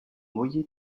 bulli